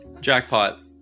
Jackpot